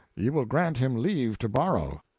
ye will grant him leave to borrow.